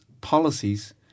policies